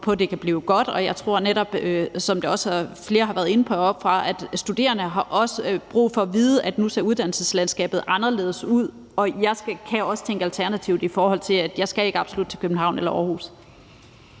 på, at det kan blive godt, og jeg tror netop, som flere har været inde på heroppefra, at studerende også har brug for at vide, at nu ser uddannelseslandskabet anderledes ud, og at de også kan tænke alternativt, i forhold til at man ikke absolut skal til København eller Aarhus.